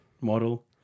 model